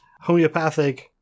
homeopathic